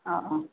অঁ অঁ